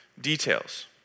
details